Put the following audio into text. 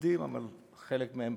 עובדים אבל חלק מהם